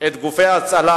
גופי ההצלה,